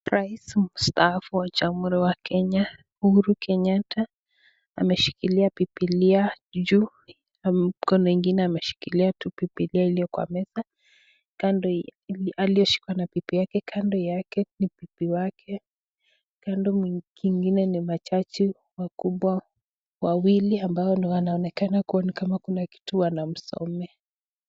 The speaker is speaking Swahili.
Rais mstaafu wa jamhuri wa Kenya, Uhuru Kenyatta, ameshikilia Biblia juu na mkono ingine ameshikilia tu Biblia iliyo kwa meza aliyoshikwa na bibi yake. Kando yake ni bibi yake. Kando ingine ni majaji wakubwa wawili ambao ndio wanaonekana kuwa kuna kitu wanamsomea.